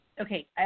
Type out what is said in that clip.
Okay